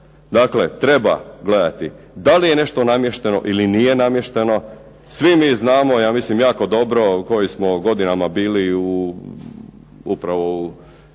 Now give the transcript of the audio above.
Dakle treba gledati da li je nešto namješteno ili nije namješteno. Svi mi znamo ja mislim jako dobro u kojim smo godinama bili upravo u